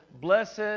Blessed